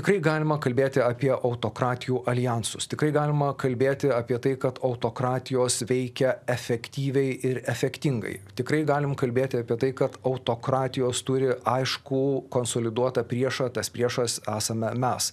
kaip galima kalbėti apie autokratijų aljansus tikrai galima kalbėti apie tai kad autokratijos veikia efektyviai ir efektingai tikrai galim kalbėti apie tai kad autokratijos turi aiškų konsoliduotą priešą tas priešas esame mes